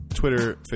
Twitter